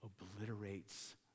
obliterates